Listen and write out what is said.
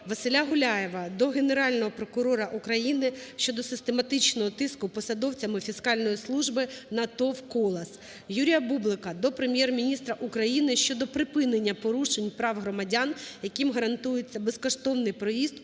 Василя Гуляєва до Генерального прокурора України щодо систематичного тиску посадовцями фіскальної служби на ТОВ "Колос". Юрія Бублика до Прем'єр-міністра України щодо припинення порушень прав громадян, яким гарантується безкоштовний проїзд